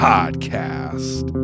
Podcast